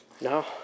no